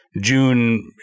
June